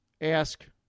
ask